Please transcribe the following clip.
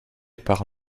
par